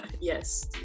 Yes